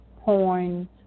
porn